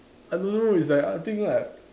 I don't know it's like I think like